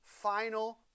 final